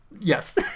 Yes